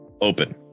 open